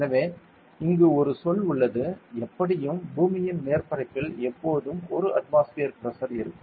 எனவே இங்கு ஒரு சொல் உள்ளது எப்படியும் பூமியின் மேற்பரப்பில் எப்போதும் 1 அட்மாஸ்பியர் பிரஷர் இருக்கும்